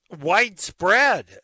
widespread